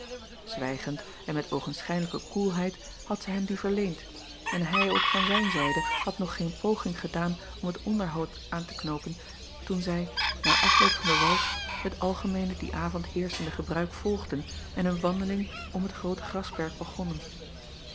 wijgend en met oogenschijnlijke koelheid had zij hem die verleend en hij ook van zijne zijde had nog geen poging gedaan om het onderhoud aan te knoopen toen zij na afloop van den wals het algemeene dien avond heerschende gebruik volgden en hun wandeling om het groote grasperk begonnen